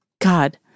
God